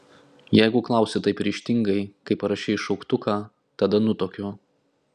jeigu klausi taip ryžtingai kaip parašei šauktuką tada nutuokiu